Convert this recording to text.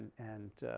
and